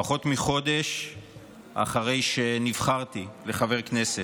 פחות מחודש אחרי שנבחרתי לחבר כנסת.